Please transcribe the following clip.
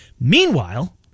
Meanwhile